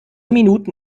minuten